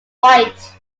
white